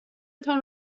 تان